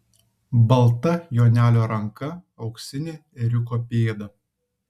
balta jonelio ranka auksinė ėriuko pėda